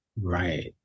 right